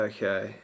Okay